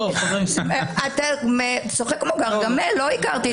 כל מדינה שמכבדת את